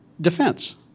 defense